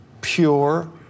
pure